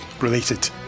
related